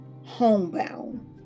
homebound